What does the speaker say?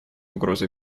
угрозой